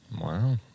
Wow